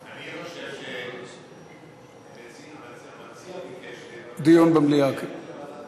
אני חושב שאם המציע ביקש, דיון במליאה, כן.